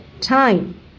Time